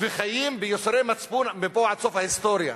והן חיות בייסורי מצפון מפה עד סוף ההיסטוריה.